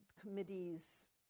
committee's